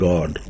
God